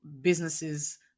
businesses